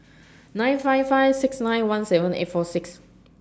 nine five five six nine one seven eight four six